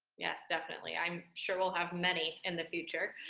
yes, definitely. i'm sure we'll have many in the future.